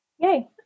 Yay